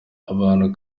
abantu